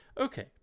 Okay